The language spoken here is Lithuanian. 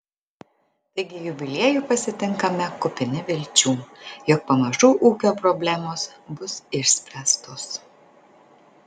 taigi jubiliejų pasitinkame kupini vilčių jog pamažu ūkio problemos bus išspręstos